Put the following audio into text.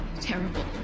terrible